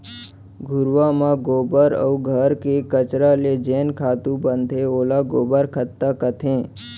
घुरूवा म गोबर अउ घर के कचरा ले जेन खातू बनथे ओला गोबर खत्ता कथें